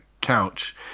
couch